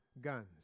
guns